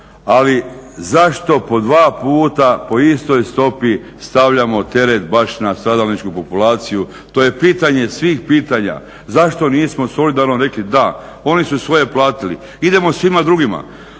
Ali zašto po dva puta po istoj stopi stavljamo teret baš na stradalničku populaciju? To je pitanje svih pitanja. Zašto nismo solidarno rekli da. Oni su svoje platili idemo svima drugima.